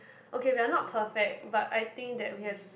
okay we're not perfect but I think that we have s~